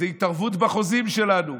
זאת התערבות בחוזים שלנו.